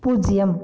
பூஜ்ஜியம்